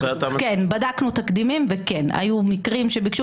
בדקנו תקדימים, וכן, היו מקרים שביקשו.